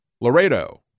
Laredo